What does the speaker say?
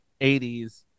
80s